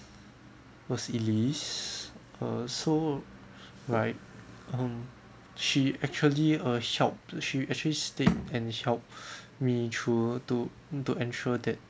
was elise uh so right um she actually uh help she actually stayed and help me through to to ensure that